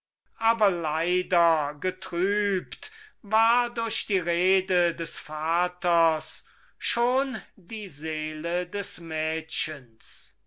aber leider getrübt war durch die rede des vaters schon die seele des mädchens